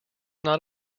not